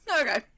Okay